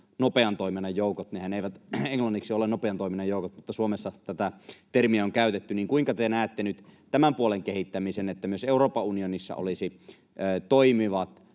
nopean toiminnan joukot — nehän eivät englanniksi ole ”nopean toiminnan joukot”, mutta Suomessa tätä termiä on käytetty. Kuinka te näette nyt tämän puolen kehittämisen, että myös Euroopan unionissa olisi toimivat